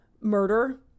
murder